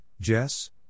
Jess